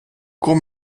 court